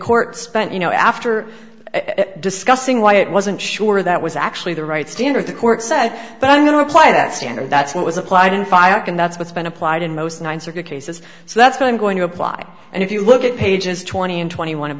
court spent you know after discussing why it wasn't sure that was actually the right standard the court said but i'm going to apply that standard that's what was applied in five and that's what's been applied in most cases so that's what i'm going to apply and if you look at pages twenty and twenty one of